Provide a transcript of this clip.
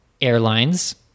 Airlines